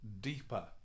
deeper